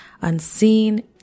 unseen